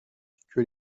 que